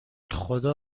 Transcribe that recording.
خدا